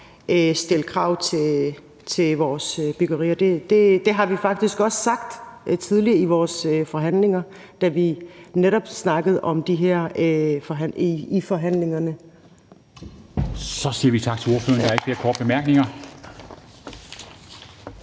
stille krav til vores byggerier. Det har vi faktisk også sagt tidligere i forhandlingerne, da vi netop snakkede om det her. Kl. 11:54 Formanden (Henrik Dam Kristensen): Så siger vi tak til ordføreren. Der er ikke flere korte bemærkninger.